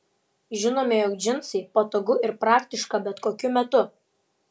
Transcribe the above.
žinome jog džinsai patogu ir praktiška bet kokiu metu